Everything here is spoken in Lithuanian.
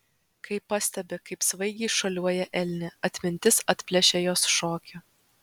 kai pastebi kaip svaigiai šuoliuoja elnė atmintis atplėšia jos šokio